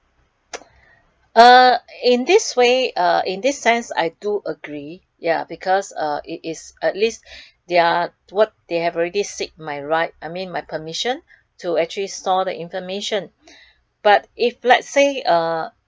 uh in this way uh in this sense I do agree ya because uh it is at least their what they have already seek my right I mean my permission to actually store the information but if let's say uh